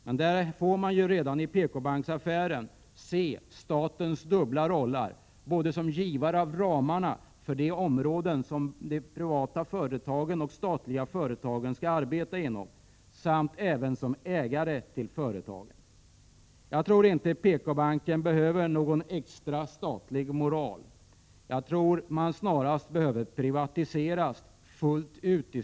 Men i PKbanksaffären får man se exempel på statens dubbla roller, både dess roll som givare av ramarna för de områden som de privata och de statliga företagen skall arbeta inom och dess roll som ägare till företag. Jag tror inte att PKbanken behöver någon extra statlig moral. Jag tror snarare att det är nödvändigt att privatisera banken fullt ut.